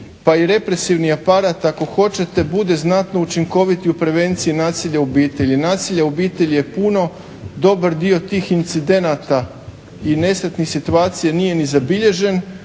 pa i represivni aparat ako hoćete bude znatno učinkovit i u prevenciji nasilja u obitelji. Nasilja u obitelji je puno, dobar dio tih incidenata i nesretnih situacija nije ni zabilježen,